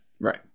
right